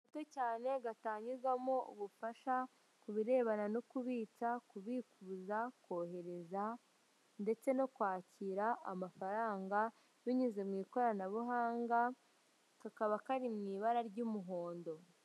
Akazu gato cyane gatangirwamo ubufasha ku birebana no kubitsa ,kubikuza, kohereza ndetse no kwakira amafaranga binyuze mu ikoranabuhanga kakaba kari mu ibara ry'umuhondo .